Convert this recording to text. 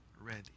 ready